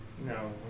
No